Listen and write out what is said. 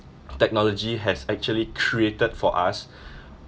technology has actually created for us